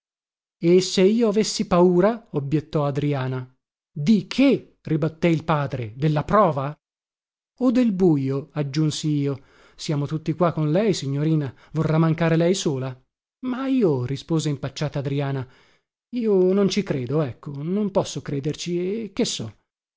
e se io avessi paura obbiettò adriana di che ribatté il padre della prova o del bujo aggiunsi io siamo tutti qua con lei signorina vorrà mancare lei sola ma io rispose impacciata adriana io non ci credo ecco non posso crederci e che so